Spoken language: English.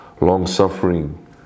long-suffering